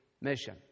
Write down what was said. mission